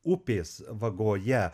upės vagoje